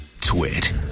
Twit